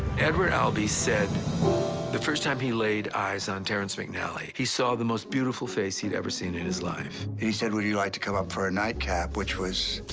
edward albee said the first time he laid eyes on terrence mcnally. he saw the most beautiful face he'd ever seen in his life. he said would you like to come up for a nightcap which was.